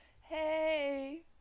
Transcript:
Hey